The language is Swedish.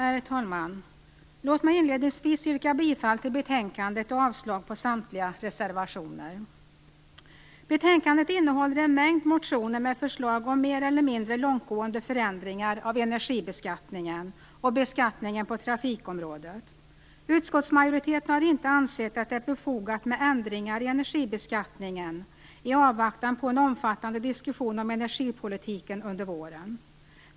Herr talman! Låt mig inledningsvis yrka bifall till betänkandet och avslag på samtliga reservationer. Betänkandet innehåller en mängd motioner med förslag om mer eller mindre långtgående förändringar av energibeskattningen och beskattningen på trafikområdet. Utskottsmajoriteten har inte ansett det befogat med ändringar i energibeskattningen i avvaktan på en omfattande diskussion om energipolitiken under våren.